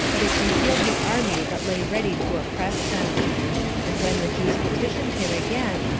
that it concealed the army that lay ready to oppress them and when the jews petitioned him again,